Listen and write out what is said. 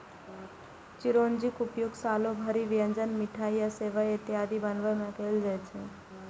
चिरौंजीक उपयोग सालो भरि व्यंजन, मिठाइ आ सेवइ इत्यादि बनाबै मे कैल जाइ छै